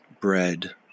Bread